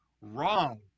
Wrong